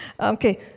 Okay